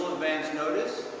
advanced notice.